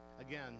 Again